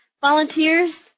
volunteers